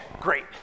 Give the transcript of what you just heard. great